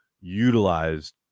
utilized